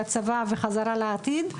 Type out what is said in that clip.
לצבא וחזרה לעתיד,